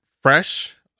fresh